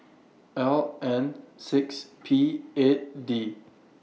L N six P eight D